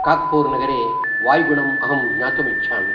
खाग्पूर् नगरे वायुगुणम् अहं ज्ञातुम् इच्छामि